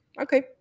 Okay